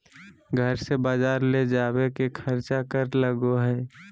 घर से बजार ले जावे के खर्चा कर लगो है?